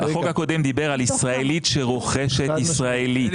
החוק הקודם דיבר על ישראלית שרוכשת ישראלית.